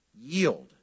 Yield